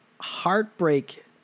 heartbreak